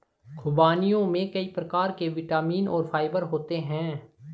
ख़ुबानियों में कई प्रकार के विटामिन और फाइबर होते हैं